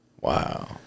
Wow